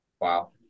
Wow